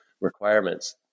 requirements